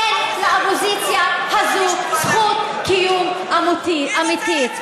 אין לאופוזיציה הזו זכות קיום אמיתית.